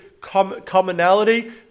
commonality